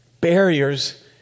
barriers